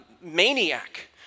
maniac